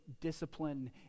discipline